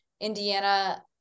Indiana